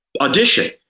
audition